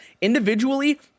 individually